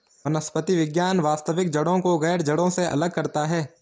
वनस्पति विज्ञान वास्तविक जड़ों को गैर जड़ों से अलग करता है